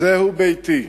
זהו ביתי.